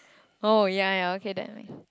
oh ya ya okay then ma~